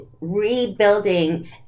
rebuilding